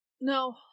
No